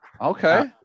Okay